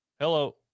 Hello